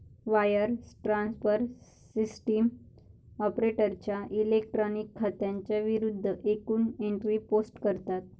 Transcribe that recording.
wire transfer system ऑपरेटरच्या electronic खात्यांच्या विरूद्ध एकूण एंट्री पोस्ट करतात